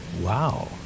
Wow